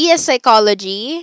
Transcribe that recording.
Psychology